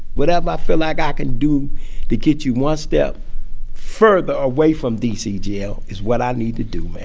whatever i feel like i can do to get you one step further away from d c. jail is what i need to do, man.